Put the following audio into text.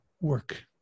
work